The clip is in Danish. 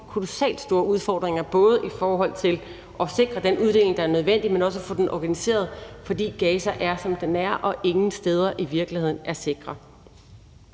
kolossalt store udfordringer, både i forhold til at sikre den uddeling, der er nødvendig, men også at få den organiseret, fordi Gaza er som det er, og ingen steder i virkeligheden er sikre.